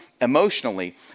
emotionally